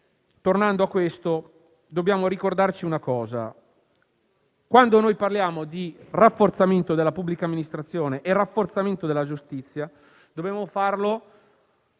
Parlamento, però dobbiamo ricordarci che quando parliamo di rafforzamento della pubblica amministrazione e rafforzamento della giustizia, dobbiamo farlo